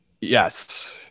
Yes